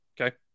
Okay